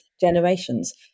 generations